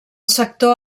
sector